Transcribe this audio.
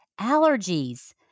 allergies